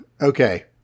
Okay